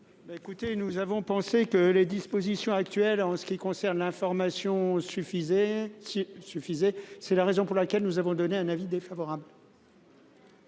Nous avons estimé que les dispositions actuelles en ce qui concerne l'information étaient suffisantes, raison pour laquelle nous avons émis un avis défavorable